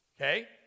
Okay